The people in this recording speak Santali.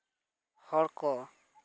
ᱦᱚᱲᱠᱚ